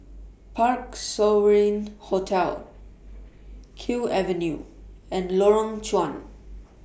Parc Sovereign Hotel Kew Avenue and Lorong Chuan